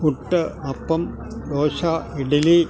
puttu appam dosa idli